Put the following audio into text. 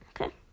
Okay